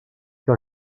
que